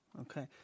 Okay